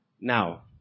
now